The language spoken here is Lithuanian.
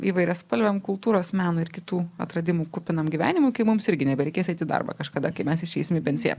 įvairiaspalviam kultūros meno ir kitų atradimų kupinam gyvenimui kai mums irgi nebereikės eit į darbą kažkada kai mes išeisim į pensiją